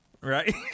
right